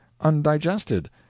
undigested